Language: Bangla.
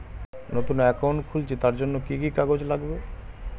নতুন অ্যাকাউন্ট খুলছি তার জন্য কি কি কাগজ লাগবে?